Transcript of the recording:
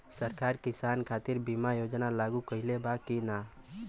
सरकार किसान खातिर बीमा योजना लागू कईले बा की ना?